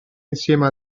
insieme